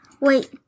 wait